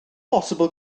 bosibl